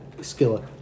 skillet